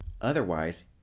Otherwise